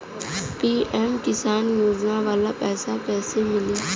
PM Kisan योजना वाला पैसा कईसे मिली?